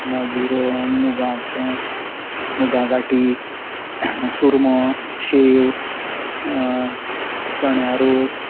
मागीर मुगाचं मुगा गांठी चुरमो शेव चण्या रोस